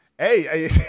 Hey